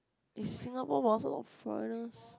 it's not !wah! !wah! so